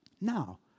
Now